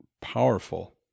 powerful